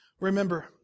Remember